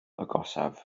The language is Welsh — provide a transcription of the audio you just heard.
agosaf